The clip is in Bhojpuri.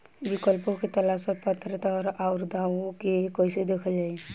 विकल्पों के तलाश और पात्रता और अउरदावों के कइसे देखल जाइ?